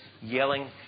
yelling